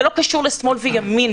זה לא קשור לשמאל וימין,